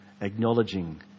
acknowledging